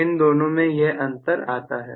इन दोनों में यह अंतर आता है